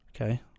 Okay